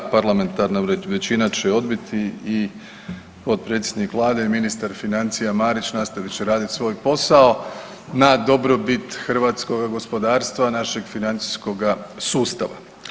Parlamentarna većina će odbiti i potpredsjednik Vlade i ministar financija Marić nastavit će raditi svoj posao na dobrobit hrvatskoga gospodarstva, našeg financijskoga sustava.